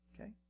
Okay